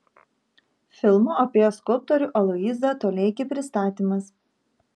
filmo apie skulptorių aloyzą toleikį pristatymas